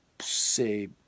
say